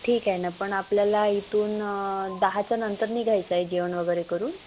ठीक आहे ना पण आपल्याला इथून दहाच्या नंतर निघायचं आहे जेवण वगैरे करून